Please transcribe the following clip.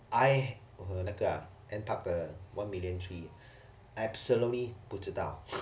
I uh 那个啊 NParks 的 one million three absolutely 不知道